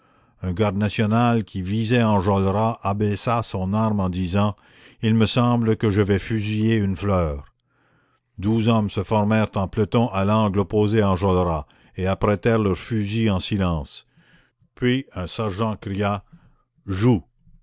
un garde national qui visait enjolras abaissa son arme en disant il me semble que je vais fusiller une fleur douze hommes se formèrent en peloton à l'angle opposé à enjolras et apprêtèrent leurs fusils en silence puis un sergent cria joue